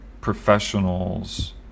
professionals